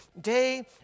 day